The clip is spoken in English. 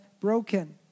broken